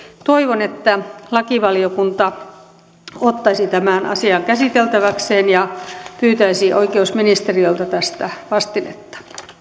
toivon että lakivaliokunta ottaisi tämän asian käsiteltäväkseen ja pyytäisi oikeusministeriöltä tästä vastinetta